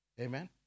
Amen